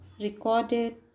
recorded